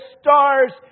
stars